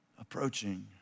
approaching